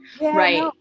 Right